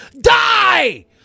Die